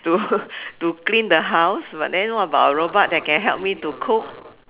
to to clean the house but then what about a robot that can help me to cook